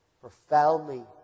profoundly